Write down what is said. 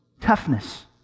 toughness